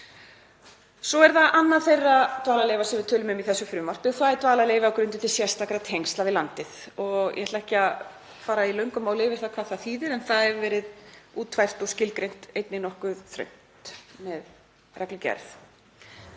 Svo er það annað þeirra dvalarleyfa sem við tölum um í þessu frumvarpi en það er dvalarleyfi á grundvelli sérstakra tengsla við landið. Ég ætla ekki að fara í löngu máli yfir það hvað það þýðir en það hefur verið útfært og skilgreint einnig nokkuð þröngt með reglugerð.